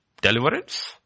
deliverance